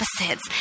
opposites